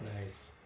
Nice